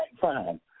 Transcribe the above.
fine